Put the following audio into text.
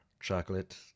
chocolate